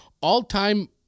all-time